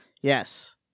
Yes